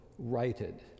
righted